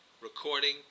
Recording